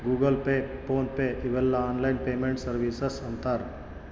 Google Pay PhonePe ಇವೆಲ್ಲ online payment services ಅಂತರ್